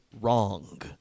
wrong